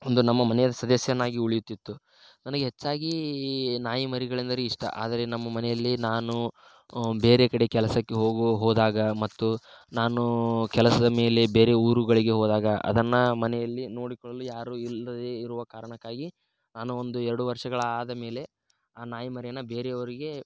ಒಂದು ನಮ್ಮ ಮನೆಯ ಸದಸ್ಯನಾಗಿ ಉಳಿಯುತ್ತಿತ್ತು ನನಗೆ ಹೆಚ್ಚಾಗಿ ನಾಯಿ ಮರಿಗಳೆಂದರೆ ಇಷ್ಟ ಆದರೆ ನಮ್ಮ ಮನೆಯಲ್ಲಿ ನಾನು ಬೇರೆ ಕಡೆ ಕೆಲಸಕ್ಕೆ ಹೋಗು ಹೋದಾಗ ಮತ್ತು ನಾನು ಕೆಲಸದ ಮೇಲೆ ಬೇರೆ ಊರುಗಳಿಗೆ ಹೋದಾಗ ಅದನ್ನು ಮನೆಯಲ್ಲಿ ನೋಡಿಕೊಳ್ಳಲು ಯಾರು ಇಲ್ಲದೇ ಇರುವ ಕಾರಣಕ್ಕಾಗಿ ನಾನು ಒಂದು ಎರಡು ವರ್ಷಗಳಾದ ಮೇಲೆ ಆ ನಾಯಿ ಮರಿಯನ್ನು ಬೇರೆಯವರಿಗೆ